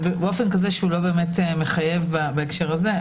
באופן שלא מחייב בהקשר הזה.